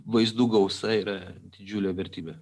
vaizdų gausa yra didžiulė vertybė